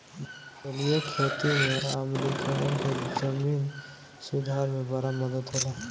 जलीय खेती में आम्लीकरण के जमीन सुधार में बड़ा मदद होला